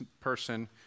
person